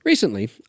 Recently